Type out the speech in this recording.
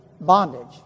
bondage